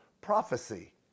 prophecy